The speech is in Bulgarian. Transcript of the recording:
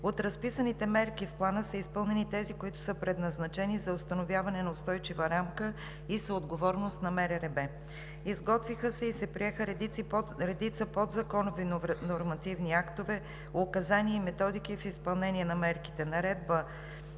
От разписаните мерки в Плана са изпълнени тези, които са предназначени за установяване на устойчива рамка и са отговорност на МРРБ. Изготвиха се и се приеха редица подзаконови нормативни актове, указания и методики в изпълнение на мерките: Наредба